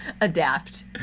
Adapt